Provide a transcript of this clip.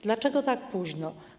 Dlaczego tak późno?